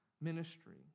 ministry